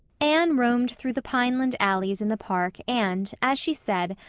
anne roamed through the pineland alleys in the park and, as she said,